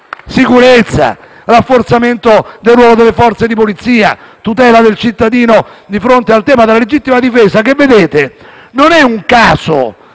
Sicurezza, rafforzamento del ruolo delle Forze di polizia, tutela del cittadino di fronte al tema della legittima difesa. Non è un caso